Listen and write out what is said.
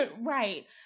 Right